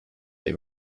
they